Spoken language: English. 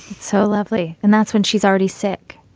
so lovely and that's when she's already sick.